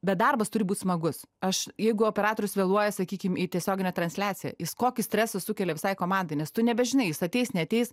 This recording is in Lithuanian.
bet darbas turi būt smagus aš jeigu operatorius vėluoja sakykim į tiesioginę transliaciją jis kokį stresą sukelia visai komandai nes tu nebežinai jis ateis neateis